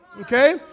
Okay